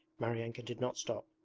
maryanka did not stop.